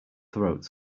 throat